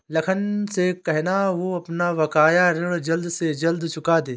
लखन से कहना, वो अपना बकाया ऋण जल्द से जल्द चुका दे